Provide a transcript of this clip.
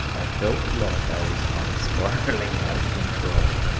i felt like i was kind of spiralling out of control.